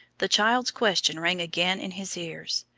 the child's question rang again in his ears,